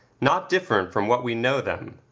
not different from what we know them,